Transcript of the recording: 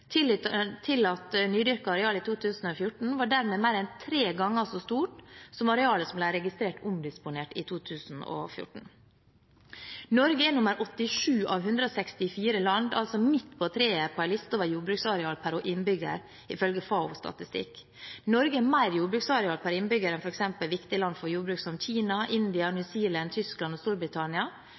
areal i 2014 var dermed mer enn tre ganger så stort som arealet som ble registrert omdisponert i 2014. Norge er nr. 87 av 164 land, altså midt på treet, på en liste over jordbruksareal per innbygger, ifølge FAOs statistikk. Norge har mer jordbruksareal per innbygger enn f.eks. viktige land for jordbruk som Kina, India, New Zealand, Tyskland og Storbritannia,